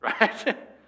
right